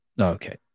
Okay